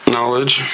Knowledge